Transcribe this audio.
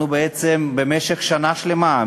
בעצם במשך שנה שלמה,